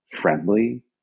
friendly